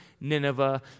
Nineveh